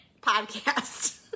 podcast